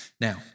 Now